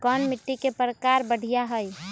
कोन मिट्टी के प्रकार बढ़िया हई?